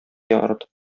яратып